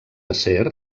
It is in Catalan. acer